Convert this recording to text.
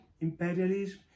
imperialism